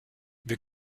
wir